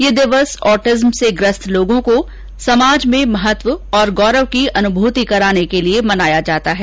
यह दिवस ऑटिज्म से ग्रस्त लोगों को समाज में महत्व और गौरव की अनुभूति कराने के लिए मनाया जाता है